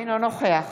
אינו נוכח